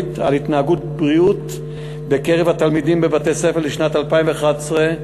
על התנהגות בריאות בקרב התלמידים בבתי-ספר לשנת 2011,